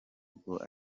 bwose